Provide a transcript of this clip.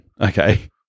Okay